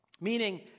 Meaning